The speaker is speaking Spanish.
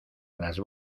las